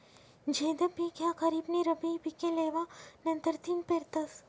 झैद पिक ह्या खरीप नी रब्बी पिके लेवा नंतरथिन पेरतस